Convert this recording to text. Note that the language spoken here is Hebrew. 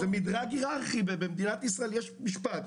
אלה הוראות שמופנות קודם כל למשרד הבריאות,